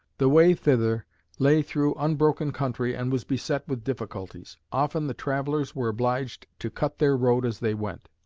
the way thither lay through unbroken country and was beset with difficulties. often the travellers were obliged to cut their road as they went.